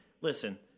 listen